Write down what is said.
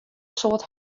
soad